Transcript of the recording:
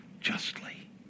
justly